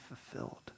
fulfilled